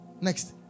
next